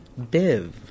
Biv